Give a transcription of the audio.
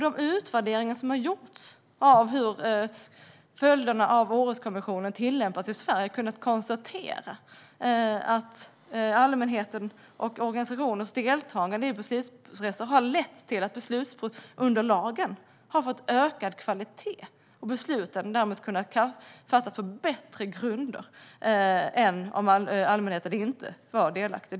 De utvärderingar som har gjorts av hur Århuskonventionen tillämpas i Sverige har kunnat konstatera att allmänhetens och organisationers deltagande i beslutsprocesser har lett till att beslutsunderlagen har fått ökad kvalitet och att besluten därmed har kunnat fattas på bättre grunder än om allmänheten inte var delaktig.